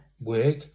work